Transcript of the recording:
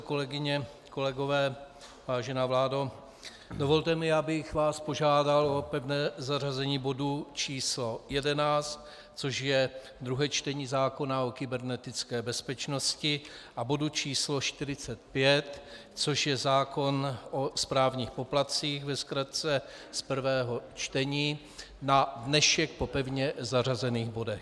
Kolegyně a kolegové, vážená vládo, dovolte mi, abych vás požádal o pevné zařazení bodu číslo 11, což je druhé čtení zákona o kybernetické bezpečnosti, a bodu číslo 45, což je zákon o správních poplatcích ve zkratce z prvého čtení na dnešek po pevně zařazených bodech.